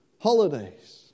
holidays